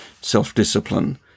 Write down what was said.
self-discipline